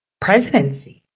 presidency